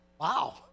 Wow